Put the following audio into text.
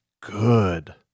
good